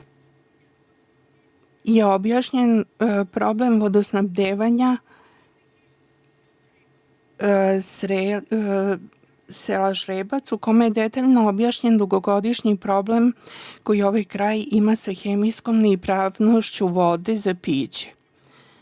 je objašnjen problem vodosnabdevanja sela Žrebac u kome je detaljno objašnjen dugogodišnji problem koji ovaj kraj ima sa hemijskom ispravnošću vode za pićek,